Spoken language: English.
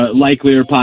likelier